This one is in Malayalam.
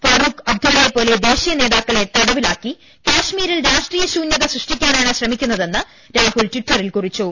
ഫാറൂഖ് അബ്ദു ള്ളയെപോലെ ദേശീയ നേതാക്കളെ തടവിലാക്കി കശ്മീരിൽ രാഷ്ട്രീയ ശൂന്യത സൃഷ്ടിക്കാനാണ് ശ്രമിക്കുന്നതെന്ന് രാഹുൽ ടിറ്ററിൽ കുറിച്ചു